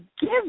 give